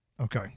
Okay